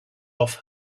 off